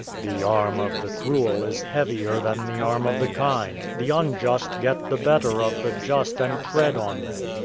the arm of the cruel is heavier than the arm of the kind. the unjust get the better of the just and tread on them.